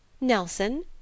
Nelson